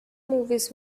movies